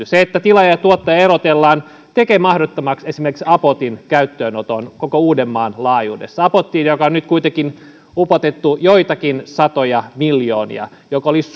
se että tilaaja ja tuottaja erotellaan tekee mahdottomaksi esimerkiksi apotin käyttöönoton koko uudenmaan laajuudessa apottia johon nyt on kuitenkin upotettu joitakin satoja miljoonia ja joka olisi